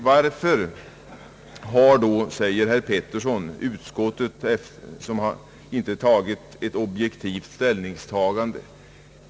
Varför har då, säger herr Petersson, utskottet inte gjort ett objektivt ställningstagande.